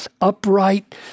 upright